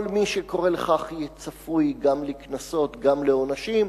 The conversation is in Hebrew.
כל מי שקורא לכך יהיה צפוי גם לקנסות, גם לעונשים,